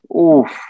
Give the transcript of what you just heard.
Oof